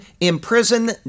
imprison